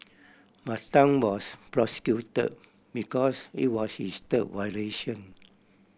but Tan was prosecuted because it was his third violation